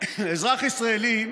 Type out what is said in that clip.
אזרח ישראלי,